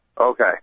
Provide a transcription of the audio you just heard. okay